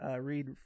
read